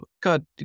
God